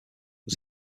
was